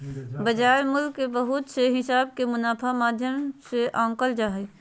बाजार मूल्य के बहुत से हिसाब के मुनाफा माध्यम से आंकल जा हय